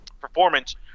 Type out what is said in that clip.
performance